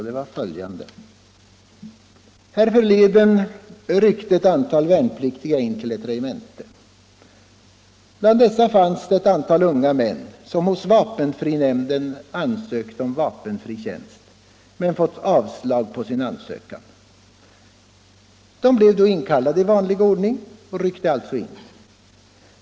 Härförleden ryckte ett antal värnpliktiga in till ett regemente. Bland dem fanns ett antal unga män som hos vapenfrinämnden ansökt om vapenfri tjänst men fått avslag på sin ansökan. De blev inkallade i vanlig ordning och ryckte alltså in.